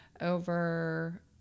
Over